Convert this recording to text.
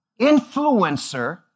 influencer